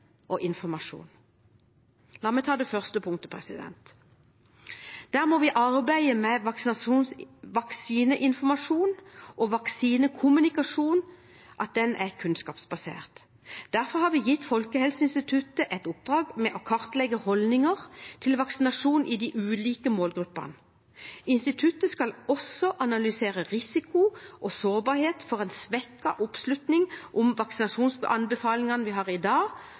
og informasjon. La meg ta det første punktet. Vi må arbeide for at vaksineinformasjon og vaksinekommunikasjon er kunnskapsbasert. Derfor har vi gitt Folkehelseinstituttet i oppdrag å kartlegge holdninger til vaksinasjon i de ulike målgruppene. Instituttet skal også analysere risiko og sårbarhet ved en svekket oppslutning om vaksinasjonsanbefalingene vi har i dag,